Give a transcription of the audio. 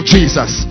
Jesus